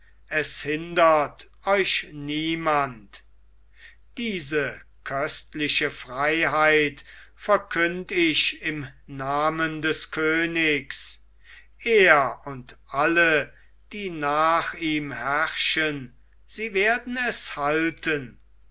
es hindert euch niemand diese köstliche freiheit verkünd ich im namen des königs er und alle die nach ihm herrschen sie werden es halten